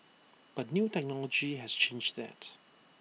but new technology has changed that